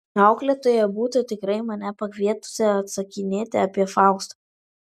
auklėtoja būtų tikrai mane pakvietusi atsakinėti apie faustą